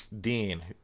Dean